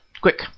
Quick